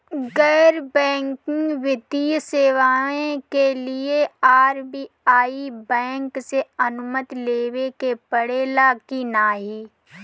गैर बैंकिंग वित्तीय सेवाएं के लिए आर.बी.आई बैंक से अनुमती लेवे के पड़े ला की नाहीं?